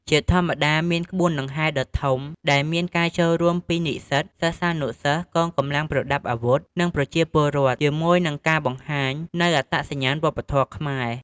ជាធម្មតា មានក្បួនដង្ហែរដ៏ធំដែលមានការចូលរួមពីនិស្សិត សិស្សានុសិស្ស កងកម្លាំងប្រដាប់អាវុធ និងប្រជាពលរដ្ឋជាមួយនឹងការបង្ហាញនូវអត្តសញ្ញាណវប្បធម៌ខ្មែរ។